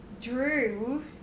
drew